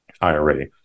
ira